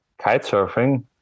kitesurfing